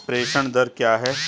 प्रेषण दर क्या है?